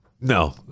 no